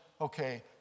Okay